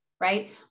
right